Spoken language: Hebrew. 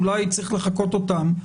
אולי צריך לחקות אותן,